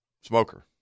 smoker